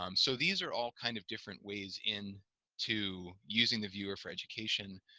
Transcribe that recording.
um so these are all kind of different ways in to using the viewer for education.